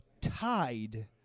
tied